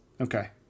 Okay